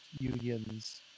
unions